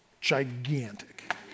gigantic